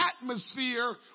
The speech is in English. atmosphere